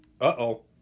uh-oh